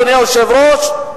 אדוני היושב-ראש,